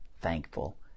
thankful